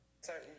Certain